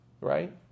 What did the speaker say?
right